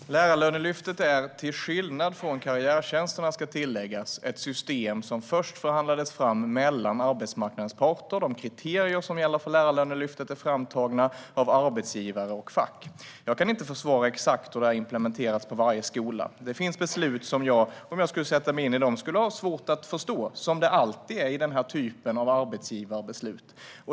Herr talman! Lärarlönelyftet är ett system som - till skillnad från karriärtjänsterna - först förhandlades fram mellan arbetsmarknadens parter. De kriterier som gäller för Lärarlönelyftet är framtagna av arbetsgivare och fack. Jag kan inte försvara exakt hur det har implementerats på varje skola. Det finns beslut som jag, om jag skulle sätta mig in i dem, skulle ha svårt att förstå. Så är det alltid med den här typen av arbetsgivarbeslut.